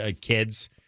kids